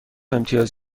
امتیاز